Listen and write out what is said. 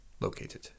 Located